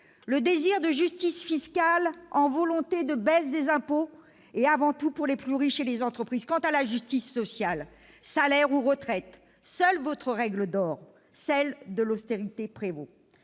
le désir de justice fiscale en volonté de baisse des impôts et avant tout pour les plus riches et les entreprises. Quant à la justice sociale, salaires ou retraites, seule votre règle d'or, celle de l'austérité, prévaut.